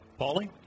Paulie